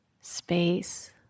space